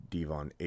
Divon